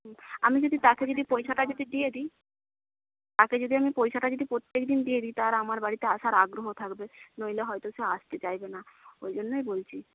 আমি যদি তাকে যদি পয়সাটা যদি দিয়ে দিই তাকে যদি আমি পয়সাটা যদি প্রত্যেকদিন দিয়ে দিই তার আমার বাড়িতে আসার আগ্রহ থাকবে নইলে হয়ত সে আসতে চাইবে না ওই জন্যই বলছি